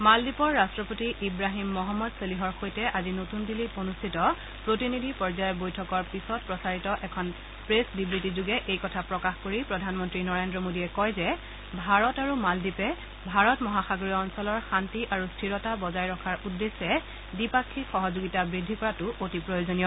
মালদ্বীপৰ ৰট্টপতি ইৱাহিম মহম্মদ চলিহৰ সৈতে আজি নতুন দিল্লীত অনুষ্ঠিত প্ৰতিনিধি পৰ্যায়ৰ বৈঠকৰ পিছত প্ৰচাৰিত এখন প্ৰেছ বিবৃতি যোগে এই কথা প্ৰকাশ কৰি প্ৰধানমন্ত্ৰী নৰেন্দ্ৰ মোডীয়ে কয় যে ভাৰত আৰু মালদ্বীপে ভাৰত মহাসাগৰীয় অঞ্চলৰ শান্তি আৰু স্থিৰতা বজাই ৰখাৰ উদ্দেশ্যে দ্বিপাক্ষিক সহযোগিতা বৃদ্ধি কৰাতো অতি প্ৰয়োজনীয়